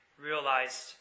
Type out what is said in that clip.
realized